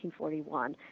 1941